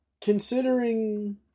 considering